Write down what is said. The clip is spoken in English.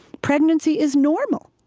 pregnancy is normal.